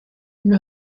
and